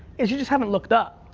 is you just haven't looked up.